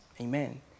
Amen